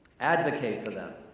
advocate for them.